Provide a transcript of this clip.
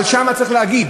אבל צריך להגיד